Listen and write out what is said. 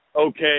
okay